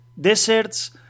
deserts